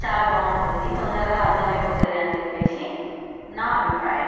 చాలా బాగుంటుంది తొందరగా అర్థం అయిపోతుంది అని చెప్పి నా అభిప్రాయం